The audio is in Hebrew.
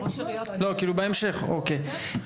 בהמשך, אוקיי.